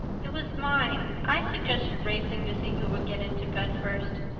it was mine. i suggested racing to see who would get into bed first.